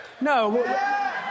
No